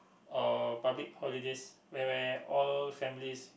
or public holidays where where all families